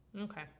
Okay